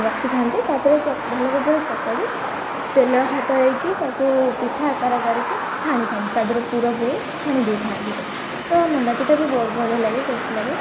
ରଖିଥାନ୍ତି ତା'ପରେ ଭଲ ଭାବରେ ଚକଡ଼ି ତେଲ ହାତ ହେଇକି ତାକୁ ପିଠା ଆକାର କରିକି ଛାଣିଥାନ୍ତି ତା' ଦେହରେ ପୁର ପୁରେଇ ଛାଣି ଦେଇଥାନ୍ତି ତ ମଣ୍ଡା ପିଠା ବି ବହୁତ ବଢ଼ିଆ ଲାଗେ ଟେଷ୍ଟ ଲାଗେ